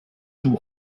two